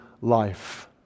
life